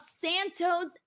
Santos